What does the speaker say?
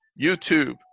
youtube